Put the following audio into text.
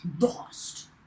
Lost